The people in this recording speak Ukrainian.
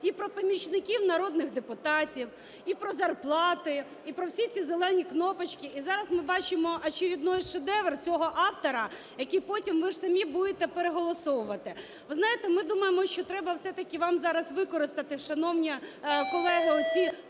і про помічників народних депутатів, і про зарплати, і про всі ці зелені кнопочки. І зараз ми бачимо очередной шедевр цього автора, який потім ви ж самі будете переголосовувати. Ви знаєте, ми думаємо, що треба все-таки вам зараз використати, шановні колеги, оці